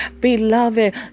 Beloved